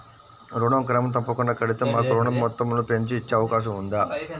ఋణం క్రమం తప్పకుండా కడితే మాకు ఋణం మొత్తంను పెంచి ఇచ్చే అవకాశం ఉందా?